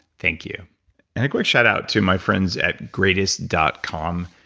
thank you and a quick shout out to my friends at greatest dot com.